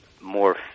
more